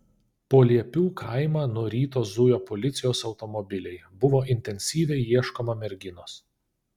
po liepių kaimą nuo ryto zujo policijos automobiliai buvo intensyviai ieškoma merginos